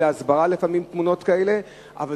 לפעמים תמונות כאלה אולי אפילו גם מועילות להסברה.